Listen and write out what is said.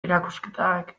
erakusketak